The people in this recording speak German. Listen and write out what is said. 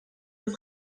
das